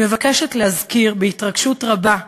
אני מבקשת להזכיר בהתרגשות רבה,